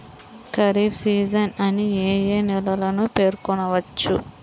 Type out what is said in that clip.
Kharif season అని ఏ ఏ నెలలను పేర్కొనవచ్చు?